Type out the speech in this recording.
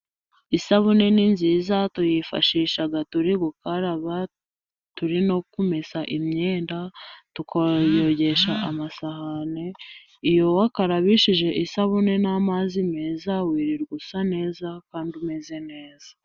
Isabune ni nziza tuyifashisha turi gukaraba, turi no kumesa imyenda, tukayogesha amasahani, iyo wakarabishije isabune n'amazi meza wirirwa usa neza, kandi umeze neza.